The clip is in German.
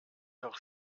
doch